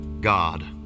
God